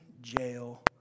jail